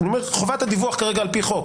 אני אומר חובת הדיווח כרגע על פי חוק